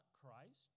Christ